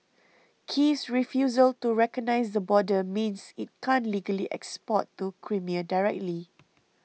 Kiev's refusal to recognise the border means it can't legally export to Crimea directly